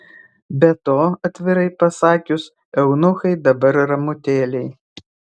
be to atvirai pasakius eunuchai dabar ramutėliai